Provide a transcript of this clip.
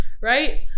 Right